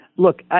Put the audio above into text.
Look